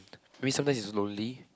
maybe sometimes is lonely